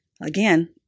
again